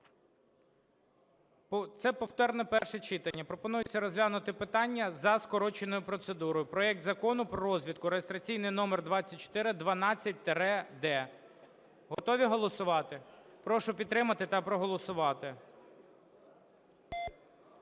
це повторне перше читання. Пропонується розглянути питання за скороченою процедурою - проект Закону про розвідку (реєстраційний номер 2412-д). Готові голосувати? Прошу підтримати та проголосувати.